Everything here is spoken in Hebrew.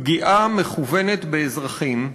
פגיעה מכוונת באזרחים,